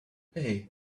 hey